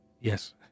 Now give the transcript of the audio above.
Yes